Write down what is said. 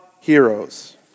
heroes